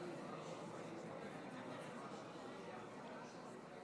נעבור כעת להצביע על ההצעה להביע אי-אמון בממשלה של סיעת